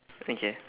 okay